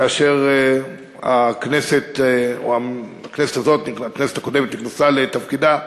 כאשר הכנסת הקודמת נכנסה לתפקידה,